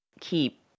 keep